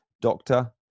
Doctor